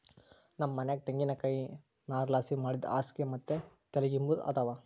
ನಮ್ ಮನ್ಯಾಗ ತೆಂಗಿನಕಾಯಿ ನಾರ್ಲಾಸಿ ಮಾಡಿದ್ ಹಾಸ್ಗೆ ಮತ್ತೆ ತಲಿಗಿಂಬು ಅದಾವ